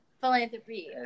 Philanthropy